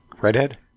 Redhead